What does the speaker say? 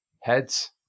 Heads